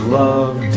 love